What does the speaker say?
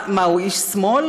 מה, הוא איש שמאל?